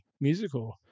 musical